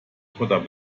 potter